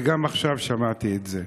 וגם עכשיו שמעתי את זה.